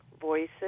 voices